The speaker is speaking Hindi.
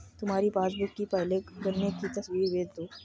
तुम्हारी पासबुक की पहले पन्ने की तस्वीर भेज दो